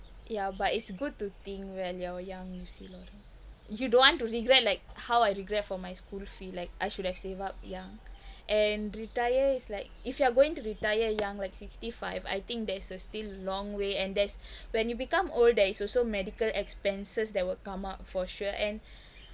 yeah but it's good to think when you're young you see you don't want to regret like how I regret for my school fee like I should have save up young and retire is like if you are going to retire young like sixty five I think there's a still long way and that's when you become old there is also medical expenses that will come up for sure and